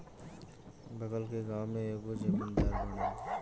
बगल के गाँव के एगो जमींदार बाड़न